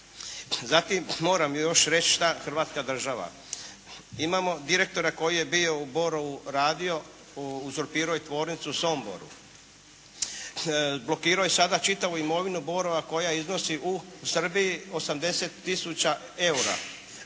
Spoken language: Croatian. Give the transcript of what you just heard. Zatim, moram još reći šta Hrvatska država. Imamo direktora koji je bio u Borovu radio, uzurpirao je tvornicu u Somboru. Blokirao je sada čitavu imovinu Borova koja iznosi u Srbiji 80 tisuća